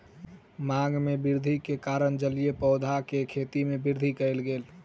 मांग में वृद्धि के कारण जलीय पौधा के खेती में वृद्धि कयल गेल